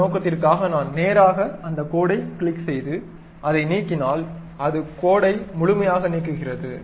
அந்த நோக்கத்திற்காக நான் நேராக அந்த கோடைக் கிளிக் செய்து அதை நீக்கினால் அது கோடை முழுமையாக நீக்குகிறது